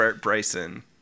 Bryson